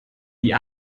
die